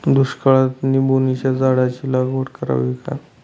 दुष्काळात निंबोणीच्या झाडाची लागवड करावी का?